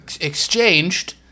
exchanged